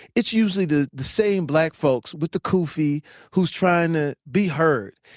it's usually the the same black folks with the cool fee who's trying to be heard.